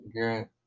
good